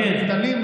למובטלים,